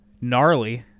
gnarly